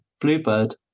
Bluebird